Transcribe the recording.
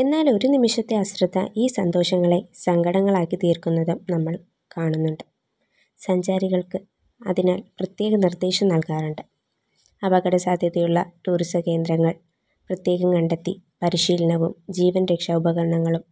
എന്നാലൊരു നിമിഷത്തെ അശ്രദ്ധ ഈ സന്തോഷങ്ങളെ സങ്കടങ്ങളാക്കി തീർക്കുന്നത് നമ്മൾ കാണുന്നുണ്ട് സഞ്ചാരികൾക്ക് അതിനാൽ പ്രത്യേക നിർദ്ദേശം നൽകാറുണ്ട് അപകട സധ്യതയുള്ള ടൂറിസ്സ കേന്ദ്രങ്ങൾ പ്രത്യേകം കണ്ടെത്തി പരിശീലനവും ജീവൻ രക്ഷ ഉപകരണങ്ങളും